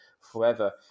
forever